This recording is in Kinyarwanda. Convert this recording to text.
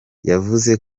yavuze